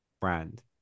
brand